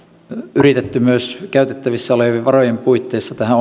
yritetty myös käytettävissä olevien varojen puitteissa tähän